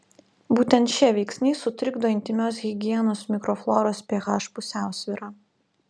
būtent šie veiksniai sutrikdo intymios higienos mikrofloros ph pusiausvyrą